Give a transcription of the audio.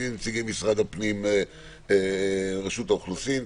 נציגי משרד הפנים ורשות האוכלוסין,